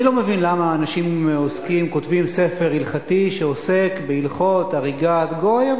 אני לא מבין למה אנשים כותבים ספר הלכתי שעוסק בהלכות הריגת גוי,